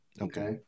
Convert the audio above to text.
Okay